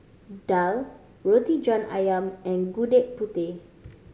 daal Roti John Ayam and Gudeg Putih